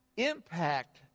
Impact